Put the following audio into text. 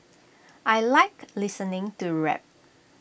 I Like listening to rap